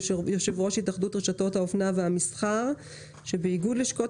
יו"ר התאחדות רשתות האופנה והמסחר באיגוד לשכות